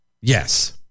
Yes